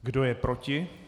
Kdo je proti?